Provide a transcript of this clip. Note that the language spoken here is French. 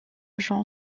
genre